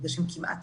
של מפגשים במרחב